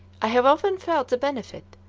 i have often felt the benefit,